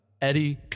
Eddie